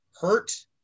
hurt